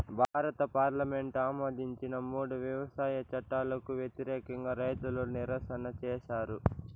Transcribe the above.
భారత పార్లమెంటు ఆమోదించిన మూడు వ్యవసాయ చట్టాలకు వ్యతిరేకంగా రైతులు నిరసన చేసారు